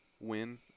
win